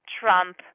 Trump